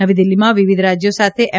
નવી દિલ્ફીમાં વિવિધ રાજ્યો સાથે એમ